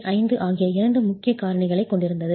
5 ஆகிய இரண்டு முக்கிய காரணிகளைக் கொண்டிருந்தது